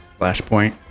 Flashpoint